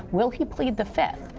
will he plead the fifth?